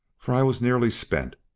for i was nearly spent,